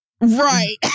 Right